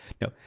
No